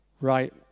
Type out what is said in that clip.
right